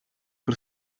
per